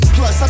Plus